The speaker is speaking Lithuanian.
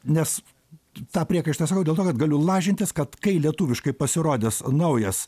nes tą priekaištą sakau dėl to kad galiu lažintis kad kai lietuviškai pasirodys naujas